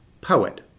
poet